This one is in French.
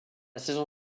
saison